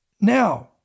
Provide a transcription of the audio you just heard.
Now